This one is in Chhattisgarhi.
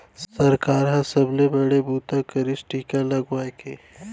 सरकार ह सबले बड़े बूता करिस टीका लगवाए के